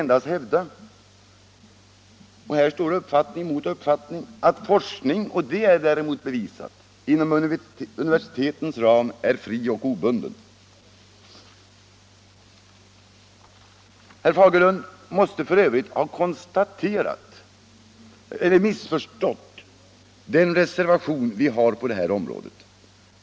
Här står uppfattning mot uppfattning, och jag kan för min del endast hävda att forskning — det är däremot bevisat — inom universitetens ram är fri och obunden. Herr Fagerlund måste för övrigt ha missförstått den reservation som vi har på detta område.